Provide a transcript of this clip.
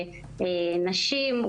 נשים,